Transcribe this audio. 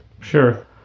Sure